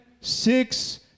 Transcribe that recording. six